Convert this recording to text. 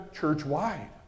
church-wide